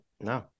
No